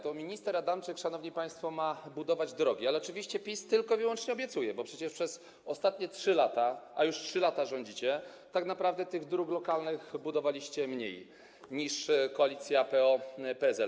To minister Adamczyk, szanowni państwo, ma budować drogi, ale oczywiście PiS tylko i wyłącznie obiecuje, bo przecież przez ostatnie 3 lata, a już 3 lata rządzicie, tak naprawdę tych dróg lokalnych budowaliście mniej niż koalicja PO-PSL.